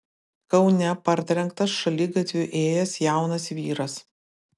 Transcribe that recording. kaune partrenktas šaligatviu ėjęs jaunas vyras